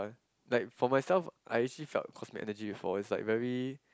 like for myself I actually felt cosmic energy before it's like very